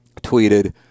tweeted